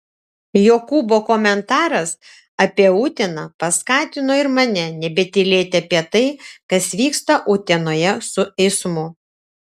jokūbo komentaras apie uteną paskatino ir mane nebetylėti apie tai kas vyksta utenoje su eismu